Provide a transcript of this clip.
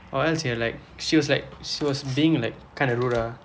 or else you are like she was like she was being like kind of rude ah